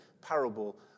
parable